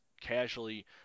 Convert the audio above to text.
casually